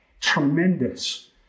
tremendous